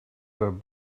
them